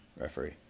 referee